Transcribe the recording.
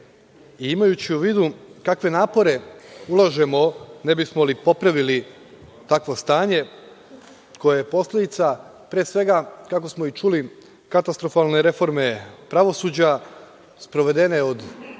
imajući u vidu kakve napore ulažemo ne bismo li popravili takvo stanje koje je posledica, pre svega, kako smo čuli, katastrofalne reforme pravosuđa sprovedene od žutih